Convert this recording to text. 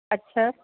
अच्छा